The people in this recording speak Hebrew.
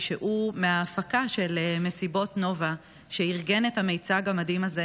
מיצג של אירועי נובה מ-7 באוקטובר.